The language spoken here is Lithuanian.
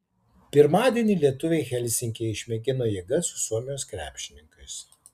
pirmadienį lietuviai helsinkyje išmėgino jėgas su suomijos krepšininkais